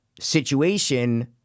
Situation